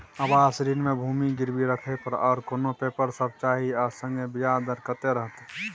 आवास ऋण म भूमि गिरवी राखै पर आर कोन पेपर सब चाही आ संगे ब्याज दर कत्ते रहते?